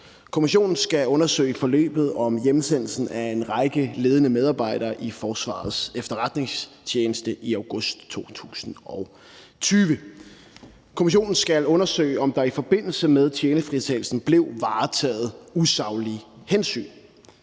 Kommissionen skal undersøge forløbet omkring hjemsendelsen af en række ledende medarbejdere i Forsvarets Efterretningstjeneste i august 2020. Kommissionen skal undersøge, om der i forbindelse med tjenestefritagelsen blev varetaget usaglige hensyn.